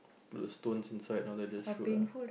put the stones inside now they just shoot ah